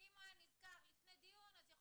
כי אם הוא היה נזכר לפני אז היינו יכולים